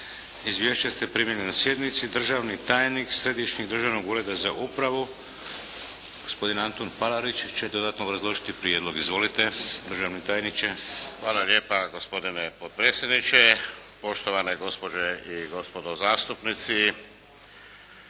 Izvješća ste primili na sjednici. Državni tajnik, Središnjeg državnog ureda za upravu, gospodin Antun Palarić, će dodatno obrazložiti prijedlog. Izvolite, državni tajniče. **Palarić, Antun** Hvala lijepa, gospodine potpredsjedniče, poštovane gospođe i gospodo zastupnici.